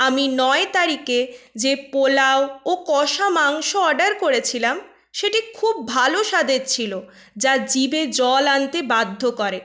আমি নয় তারিখে যে পোলাও ও কসা মাংস অর্ডার করেছিলাম সেটি খুব ভালো স্বাদের ছিল যা জিভে জল আনতে বাধ্য করে